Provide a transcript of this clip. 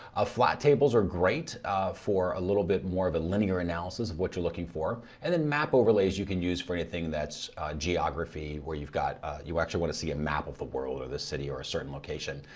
flat tables are great for a little bit more of a linear analysis of what you're looking for and then map overlays you can use for anything that's geography where you've got you actually want to see a map of the world or the city or a certain location.